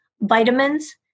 vitamins